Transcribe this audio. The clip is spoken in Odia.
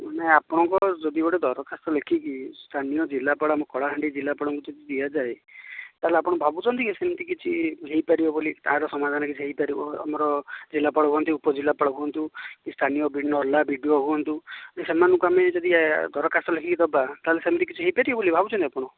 ମାନେ ଆପଣଙ୍କର ଯଦି ଗୋଟେ ଦରଖାସ୍ତ ଲେଖିକି ସ୍ଥାନୀୟ ଆମ ଜିଲ୍ଲାପାଳ କଳାହାଣ୍ଡି ଜିଲ୍ଲାପାଳଙ୍କୁ ଯଦି ଦିଆଯାଏ ତାହେଲେ ଆପଣ ଭାବୁଛନ୍ତି କି ସେମିତି କିଛି ହେଇପାରିବ ବୋଲି ତାହାର ସମାଧାନ କିଛି ହେଇପାରିବ ଆମର ଜିଲ୍ଲାପାଳ ହୁଅନ୍ତୁ ଉପଜିଲ୍ଲାପାଳ ହୁଅନ୍ତୁ କି ସ୍ଥାନୀୟ କି ବି ଡ଼ି ଓ ହୁଅନ୍ତୁ ସେମାନଙ୍କୁ ଆମେ ଯଦି ଦରଖାସ୍ତ ଲେଖିକି ଦେବା ତାହେଲେ ସେମିତି କିଛି ହେଇପାରିବ ବୋଲି ଭାବୁଛନ୍ତି ଆପଣ